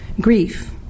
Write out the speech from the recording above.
Grief